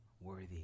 worthy